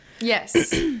Yes